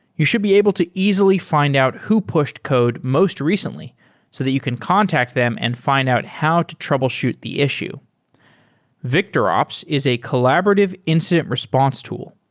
you should be able to easily fi nd out who pushed code most recently so that you can contact them and fi nd out how to troubleshoot the issue victorops is a collaborative incident response tool.